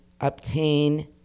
obtain